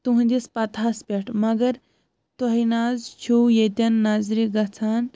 تُہٕنٛدِس پَتہَس پٮ۪ٹھ مگر تۄہِہ نہ حظ چھو ییٚتٮ۪ن نَظرِ گژھان